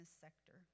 sector